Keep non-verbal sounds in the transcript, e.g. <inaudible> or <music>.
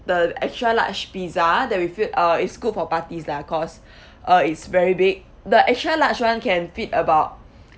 the extra large pizza that we feel uh it's good for parties lah cause <breath> uh it's very big the extra large one can feed about